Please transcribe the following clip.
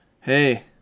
Hey